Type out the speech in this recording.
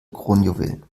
kronjuwelen